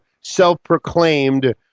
self-proclaimed